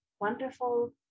wonderful